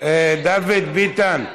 דוד ביטן,